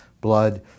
blood